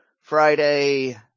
Friday